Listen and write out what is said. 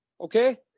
okay